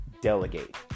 delegate